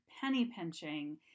penny-pinching